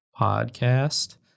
Podcast